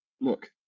look